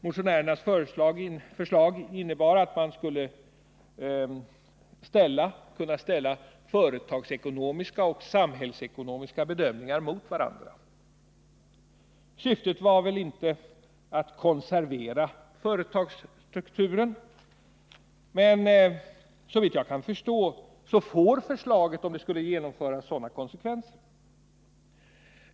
Motionärernas förslag innebar att man skulle ställa företagsekonomiska och samhällsekonomiska bedömningar mot varandra. Syftet var väl inte att konservera företagsstrukturen, men såvitt jag kan förstå får förslaget, om det genomförs, sådana konsekvenser.